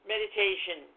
Meditation